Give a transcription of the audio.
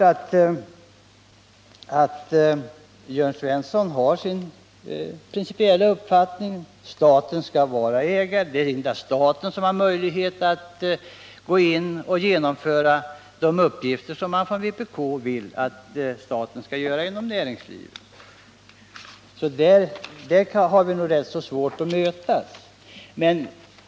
Men Jörn Svensson har sin principiella uppfattning: staten skall äga produktionsmedlen, eftersom det endast är staten som har möjlighet att fullgöra de uppgifter inom näringslivet som vpk önskar. På den punkten har vi nog svårt att mötas.